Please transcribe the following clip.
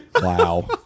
Wow